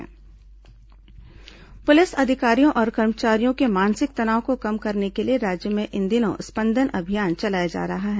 स्पंदन अभियान पुलिस अधिकारियों और कर्मचारियों के मानसिक तनाव को कम करने के लिए राज्य में इन दिनों स्पंदन अभियान चलाया जा रहा है